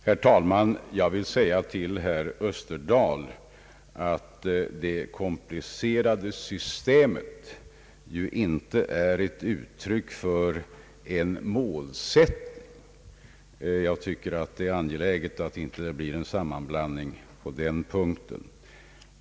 Herr talman! Jag vill säga till herr Österdahl att det komplicerade systemet inte är ett uttryck för en målsättning — det är angeläget att det inte blir någon sammanblandning på den punkten.